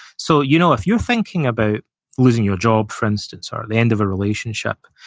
so, you know if you're thinking about losing your job, for instance, or the end of a relationship,